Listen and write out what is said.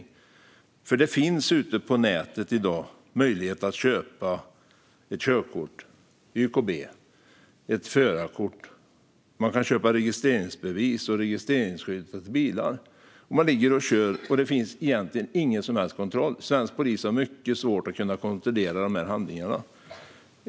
På nätet i dag finns det nämligen möjlighet att köpa ett körkort, YKB, alltså ett förarkort. Man kan köpa registreringsbevis och registreringsskylt för bilar. Man ligger på vägarna och kör, och det finns egentligen ingen som helst kontroll. Svensk polis har mycket svårt att kunna kontrollera de här handlingarna.